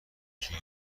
توی